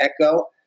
Echo